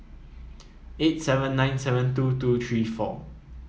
eight seven nine seven two two three four